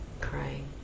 crying